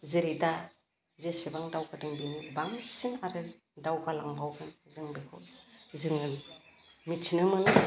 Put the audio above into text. जेरै दा जेसेबां दावखोदों बिनि बांसिन आरो दावलांबावगोन जों बेखौ जोङो मिथिनो मोनो